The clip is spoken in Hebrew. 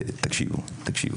תקשיבו.